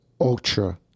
ultra